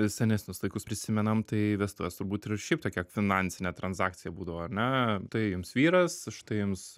senesnius laikus prisimenam tai vestuvės turbūt ir šiaip tokia finansine transakcija būdavo ar ne tai jums vyras štai jums